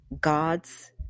God's